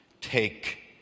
Take